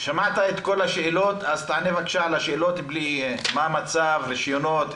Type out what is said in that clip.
שמעת את כל השאלות אז תענה בבקשה על השאלות מה מצב הרישיונות,